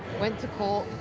went to court,